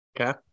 Okay